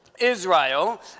Israel